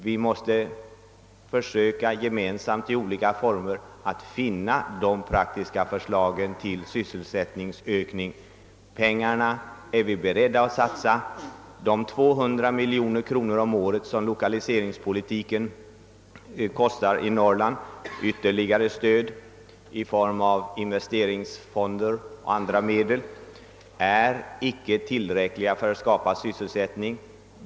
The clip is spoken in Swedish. Vi måste gemensamt försöka att i olika former finna praktiska förslag till sysselsättningsökning. Pengarna är vi beredda att satsa. De 200 miljoner kronor om året som lokaliseringspolitiken kostar i Norrland, ytterligare stöd i form av investerings fonder och andra medel är icke tillräckligt för att skapa sysselsättning.